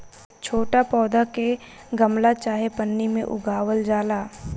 छोट पौधा के गमला चाहे पन्नी में उगावल जाला